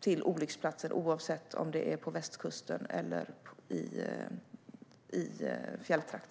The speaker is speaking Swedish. till olycksplatsen, oavsett om det är på västkusten eller i fjälltrakterna.